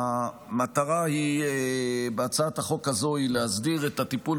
המטרה בהצעת החוק הזו היא להסדיר את הטיפול